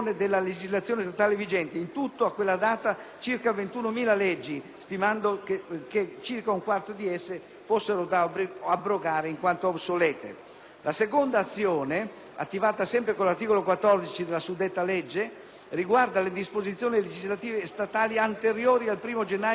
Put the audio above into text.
stimando che circa un quarto di esse fossero da abrogare in quanto obsolete. La seconda azione, attivata sempre con l'articolo 14 della suddetta legge, riguarda le disposizioni legislative statali anteriori al 1° gennaio 1970, anche se modificate con provvedimenti successivi.